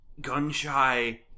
Gunshy